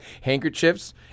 handkerchiefs